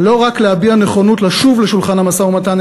לא רק להביע נכונות לשוב לשולחן המשא-ומתן,